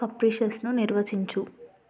కప్రీషస్ను నిర్వచించు